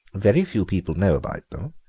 very few people know about them,